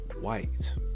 white